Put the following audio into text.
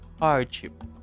hardship